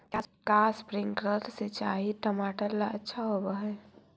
का स्प्रिंकलर सिंचाई टमाटर ला अच्छा होव हई?